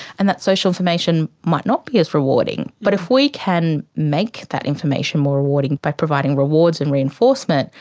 and that social information might not be as rewarding. but if we can make that information more rewarding by providing rewards and reinforcement,